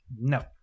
No